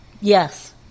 Yes